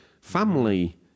family